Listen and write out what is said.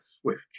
swift